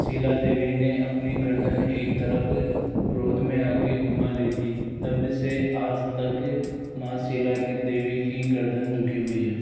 शिला देवी ने अपनी गर्दन एक तरफ क्रोध में आके घुमा ली थीं तब से आज तक माँ शिला की देवी की गर्दन झुकी हुई है